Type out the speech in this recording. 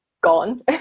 gone